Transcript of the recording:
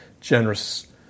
generous